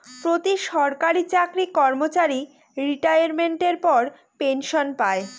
প্রতি সরকারি চাকরি কর্মচারী রিটাইরমেন্টের পর পেনসন পায়